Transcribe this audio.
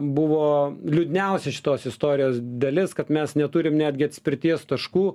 buvo liūdniausia šitos istorijos dalis kad mes neturim netgi atspirties taškų